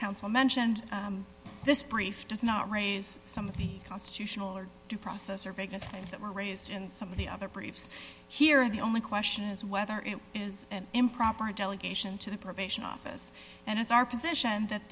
counsel mentioned this brief does not raise some of the constitutional or due process or vegas things that were raised in some of the other briefs here and the only question is whether it is an improper delegation to the probation office and it's our position that